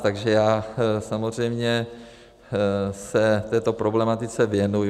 Takže já samozřejmě se této problematice věnuji.